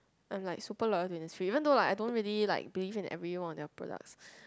I'm like super loyal to Innisfree even though like I don't really like believe in every one of their products